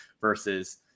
versus –